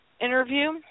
interview